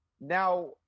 now